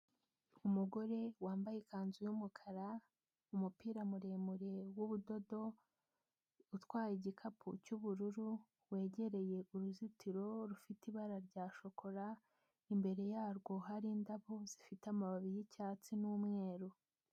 Umugore wambaye ikanzu y'umukara, umupira muremure w'ubudodo, utwaye igikapu cy'ubururu wegereye uruzitiro rufite ibara rya shokora, imbere yarwo hari indabyo zifite amababi y'icyatsi n'umweru.